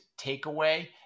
takeaway